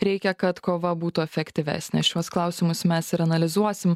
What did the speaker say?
reikia kad kova būtų efektyvesnės šiuos klausimus mes ir analizuosim